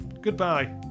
Goodbye